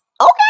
Okay